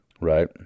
right